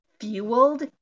fueled